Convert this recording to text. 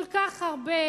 כל כך הרבה